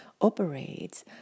operates